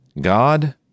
God